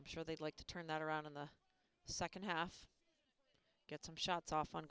i'm sure they'd like to turn that around in the second half get some shots off on